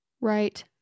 right